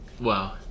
Wow